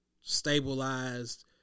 stabilized